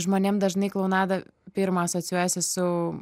žmonėm dažnai klounada pirma asocijuojasi su